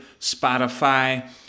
Spotify